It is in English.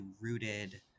rooted